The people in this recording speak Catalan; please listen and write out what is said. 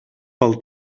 pel